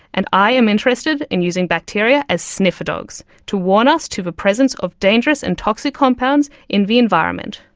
and i am interested in using bacteria as sniffer dogs to warn us to the presence of dangerous and toxic compounds in the environment.